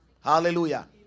Hallelujah